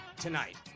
tonight